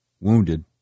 wounded